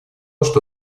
что